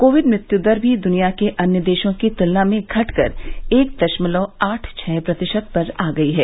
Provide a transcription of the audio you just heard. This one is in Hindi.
कोविड मृत्यु दर भी दुनिया के अन्य देशों की तुलना में घटकर एक दशमलव आठ छह प्रतिशत पर आ गई है